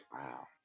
Wow